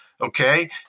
okay